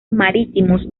marítimos